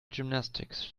gymnastics